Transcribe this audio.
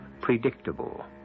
predictable